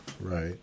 right